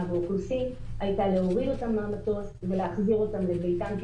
והאוכלוסין היתה להוריד אותם מהמטוס ולהחזיר אותם לביתם.